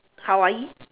Hawaii